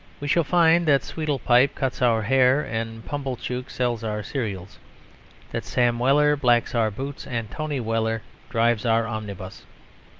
we shall find that sweedlepipe cuts our hair and pumblechook sells our cereals that sam weller blacks our boots and tony weller drives our omnibus.